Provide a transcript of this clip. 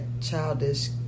childish